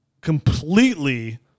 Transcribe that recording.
completely